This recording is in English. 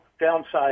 downside